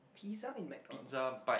pizza in McDonald